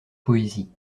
poésie